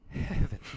Heaven